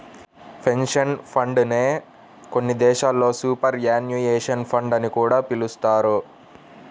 pension fund నే కొన్ని దేశాల్లో సూపర్ యాన్యుయేషన్ ఫండ్ అని కూడా పిలుస్తారు